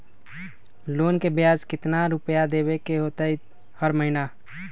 Loan के ब्याज कितना रुपैया देबे के होतइ हर महिना?